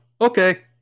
okay